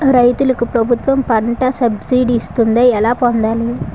రైతులకు ప్రభుత్వం పంట సబ్సిడీ ఇస్తుందా? ఎలా పొందాలి?